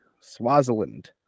Swaziland